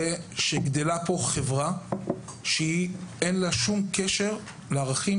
הוא שגדלה פה חברה שאין לה כל קשר לערכים